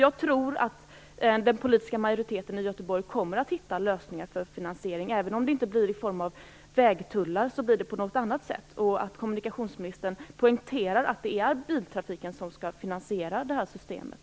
Jag tror att den politiska majoriteten i Göteborg kommer att hitta lösningar för finansieringen, även om det inte blir i form av vägtullar utan på något annat sätt. Jag skulle vilja att kommunikationsministern poängterar att det är biltrafiken som skall finansiera systemet.